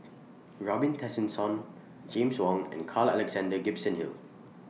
Robin Tessensohn James Wong and Carl Alexander Gibson Hill